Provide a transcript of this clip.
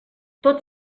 tot